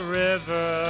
river